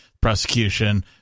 prosecution